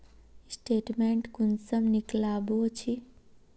Statement कुंसम निकलाबो छी?